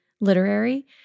literary